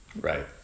Right